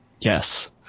yes